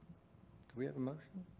we have a motion?